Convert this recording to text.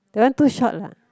that one too short lah